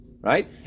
Right